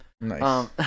Nice